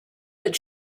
but